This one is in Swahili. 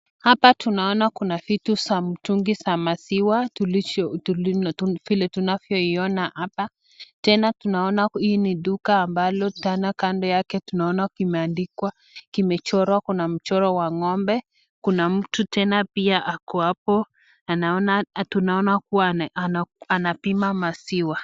Hapa tunaona kuna vitu za mitungi za maziwa vile tunavyoiona hapa ,tena tunaona hii ni duka ambalo tena kando yake tunaona kimeandikwa, kimechorwa kuna mchoro wa ng'ombe kuna mtu tena pia ako hapo tunaona kuwa anapima maziwa.